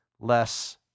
less